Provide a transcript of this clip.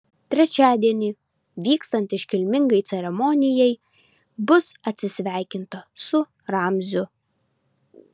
trečiadienį vykstant iškilmingai ceremonijai bus atsisveikinta su ramziu